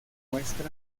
muestra